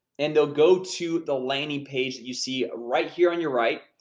and they'll go to the landing page that you see ah right here on your right.